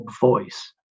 voice